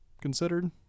considered